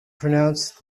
pronounced